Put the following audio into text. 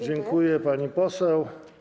Dziękuję, pani poseł.